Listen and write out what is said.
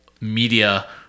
media